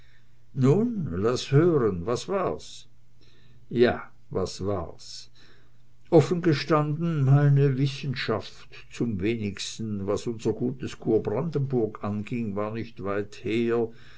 nun laß hören was war's ja was war's offen gestanden meine wissenschaft zum wenigsten was unser gutes kurbrandenburg anging war nicht weit her